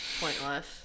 pointless